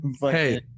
Hey